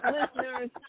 listeners